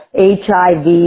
HIV